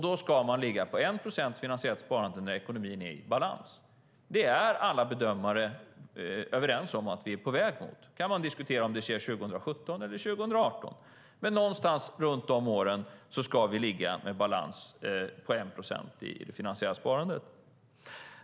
Då ska man ligga på 1 procents finansiellt sparande när ekonomin är i balans. Alla bedömare är överens om att vi är på väg mot det. Man kan diskutera om det sker 2017 eller 2018, men någonstans runt de åren ska vi ligga i balans på 1 procent i det finansiella sparandet.